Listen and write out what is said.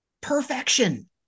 perfection